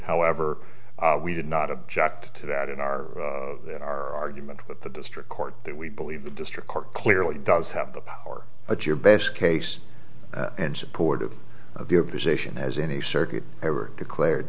however we did not object to that in our in our argument but the district court that we believe the district court clearly does have the power but your best case and supportive of your position has any circuit ever declared